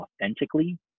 authentically